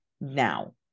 now